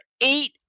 eight